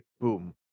Boom